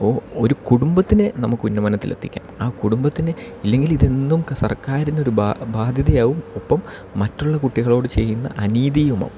ഓ ഒരു കുടുംബത്തിനെ നമുക്ക് ഉന്നമനത്തിലെത്തിക്കാം ആ കുടുംബത്തിനെ ഇല്ലെങ്കിൽ ഇതെന്നും ക സർക്കാരിനൊരു ബാധ്യതയാവും ഒപ്പം മറ്റുള്ള കുട്ടികളോട് ചെയ്യുന്ന അനീതിയുമാകും